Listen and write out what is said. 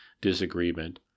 disagreement